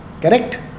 Correct